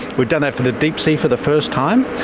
we've done that for the deep sea for the first time,